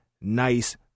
nice